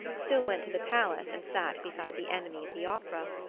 still went to the palace and sat beside the enemy at the opera,